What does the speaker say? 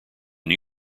new